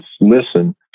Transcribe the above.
listen